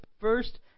first